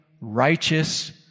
righteous